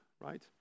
right